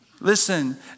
Listen